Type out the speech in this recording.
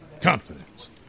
confidence